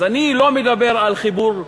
אז אני לא מדבר על חיבור סיטוני,